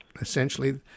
essentially